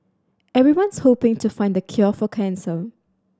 everyone's hoping to find the cure for cancer